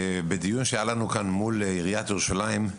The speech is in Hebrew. בדיון שהיה לנו כאן מול עיריית ירושלים,